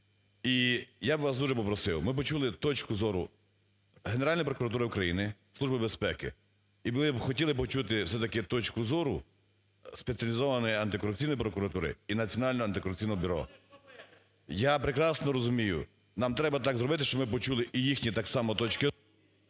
І я би вас дуже попросив, ми почули точку зору Генеральної прокуратури України, Служби безпеки і були б, хотіли би почути все-таки точку зору Спеціалізованої антикорупційної прокуратури і Національного антикорупційного бюро. (Шум у залі) Я прекрасно розумію. Нам треба так зробити, щоб ми почули і їхні так само точки...